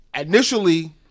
initially